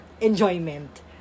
enjoyment